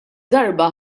darba